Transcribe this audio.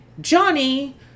Johnny